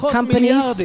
companies